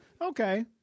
Okay